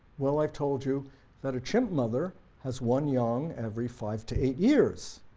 well i've told you that a chimp mother has one young every five to eight years,